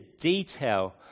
detail